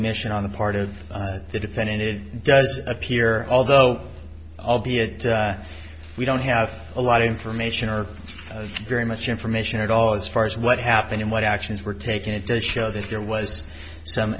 omission on the part of the defendant it does appear although albeit we don't have a lot of information or very much information at all as far as what happened and what actions were taken it does show that there was some